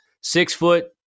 six-foot